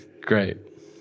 Great